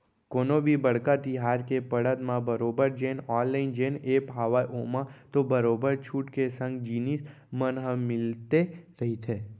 कोनो भी बड़का तिहार के पड़त म बरोबर जेन ऑनलाइन जेन ऐप हावय ओमा तो बरोबर छूट के संग जिनिस मन ह मिलते रहिथे